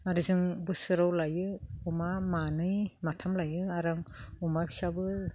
आरो जों बोसोराव लायो अमा मानै माथाम लायो आरो आं अमा फिसाबो